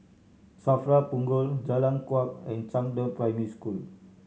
SAFRA Punggol Jalan Kuak and Zhangde Primary School